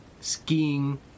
skiing